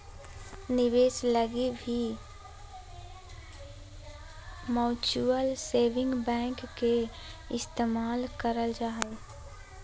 निवेश लगी भी म्युचुअल सेविंग बैंक के इस्तेमाल करल जा हय